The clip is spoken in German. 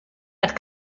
hat